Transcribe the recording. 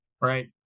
Right